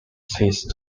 ceased